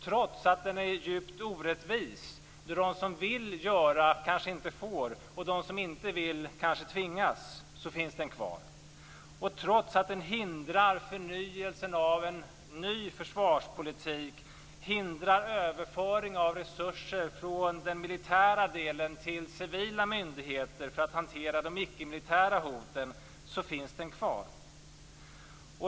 Trots att den är djupt orättvis - de som vill göra den kanske inte får och de som inte vill kanske tvingas fullgöra den - finns den kvar. Trots att den hindrar förnyelsen av en ny försvarspolitik och hindrar överföring av resurser från den militära delen till civila myndigheter för att hantera de icke-militära hoten, finns den kvar.